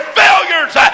failures